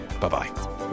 bye-bye